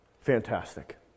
fantastic